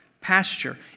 pasture